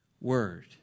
word